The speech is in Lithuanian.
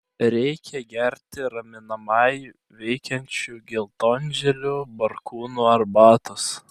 reikia gerti raminamai veikiančių geltonžiedžių barkūnų arbatos